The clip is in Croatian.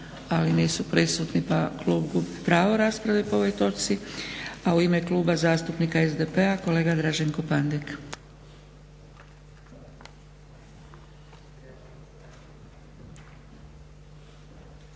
ali nisu prisutni pa klub gubi pravo rasprave po ovoj točci, a u ime Kluba zastupnika SDP-a kolega Draženko Pandek.